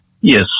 Yes